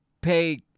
pay